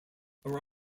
are